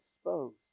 exposed